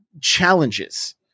challenges